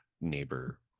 Neighbor